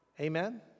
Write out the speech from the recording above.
Amen